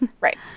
Right